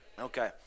Okay